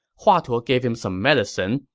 hua tuo gave him some medicine,